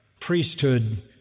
priesthood